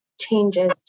changes